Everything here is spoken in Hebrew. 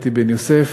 אתי בן-יוסף,